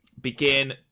begin